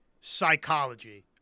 psychology